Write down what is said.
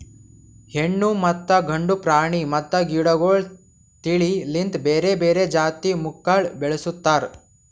ಹೆಣ್ಣು ಮತ್ತ ಗಂಡು ಪ್ರಾಣಿ ಮತ್ತ ಗಿಡಗೊಳ್ ತಿಳಿ ಲಿಂತ್ ಬೇರೆ ಬೇರೆ ಜಾತಿ ಮಕ್ಕುಲ್ ಬೆಳುಸ್ತಾರ್